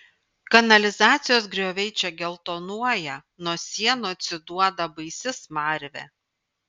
kanalizacijos grioviai čia geltonuoja nuo sienų atsiduoda baisi smarvė